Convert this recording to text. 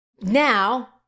Now